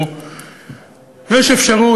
או יש אפשרות,